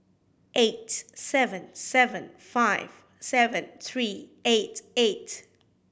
eight seven seven five seven three eight eight